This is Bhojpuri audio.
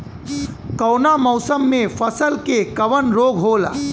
कवना मौसम मे फसल के कवन रोग होला?